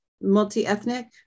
multi-ethnic